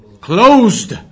closed